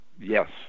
Yes